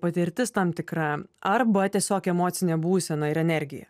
patirtis tam tikra arba tiesiog emocinė būsena ir energija